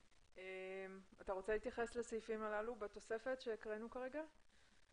אתה רוצה להתייחס לסעיפים בתוספת שהקראנו כרגע?